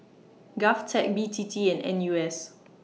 Govtech B T T and N U S